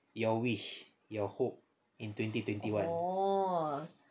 your wish your hope in twenty twenty one